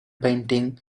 painting